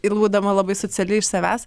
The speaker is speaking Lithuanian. ir būdama labai sociali iš savęs